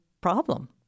problem